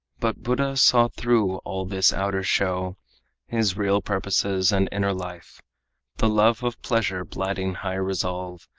but buddha saw through all this outer show his real purposes and inner life the love of pleasure blighting high resolve,